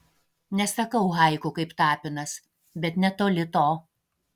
nesakau haiku kaip tapinas bet netoli to